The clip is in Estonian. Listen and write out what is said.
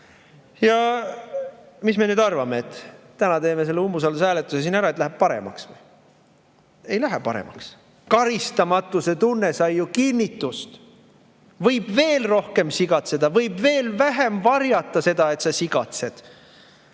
Mis me nüüd arvame, et täna teeme selle umbusaldushääletuse siin ära ja läheb paremaks? Ei lähe paremaks. Karistamatuse tunne sai ju kinnitust. Võib veel rohkem sigatseda, võib veel vähem varjata seda, et sa sigatsed.